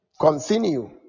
continue